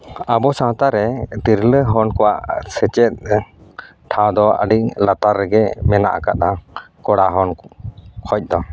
ᱟᱵᱚ ᱥᱟᱶᱛᱟ ᱨᱮ ᱛᱤᱨᱞᱟᱹ ᱦᱚᱲ ᱠᱚᱣᱟᱜ ᱥᱮᱪᱮᱫ ᱴᱷᱟᱶ ᱫᱚ ᱟᱹᱰᱤ ᱞᱟᱛᱟᱨ ᱨᱮᱜᱮ ᱢᱮᱱᱟᱜ ᱟᱠᱟᱫᱟ ᱠᱚᱲᱟ ᱦᱚᱲ ᱠᱷᱚᱱ ᱫᱚ